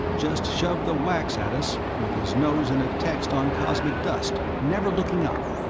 just shove the wax at us, with his nose in a text on cosmic dust, never looking up.